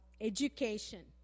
education